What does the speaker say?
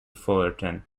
fullerton